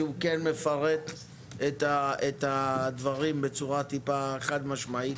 שכן מפרט את הדברים בצורה חד משמעית?